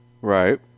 Right